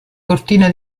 cortina